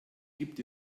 gibt